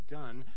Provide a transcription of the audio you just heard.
done